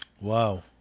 Wow